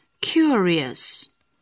Curious